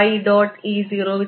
E00 i